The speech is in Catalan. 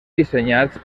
dissenyats